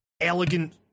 elegant